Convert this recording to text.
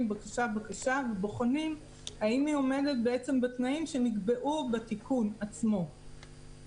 בקשה אחר בקשה ובוחנים האם היא עומדת בתנאים שנקבעו בתיקון עצמו.